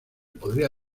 podría